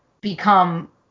become